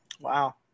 Wow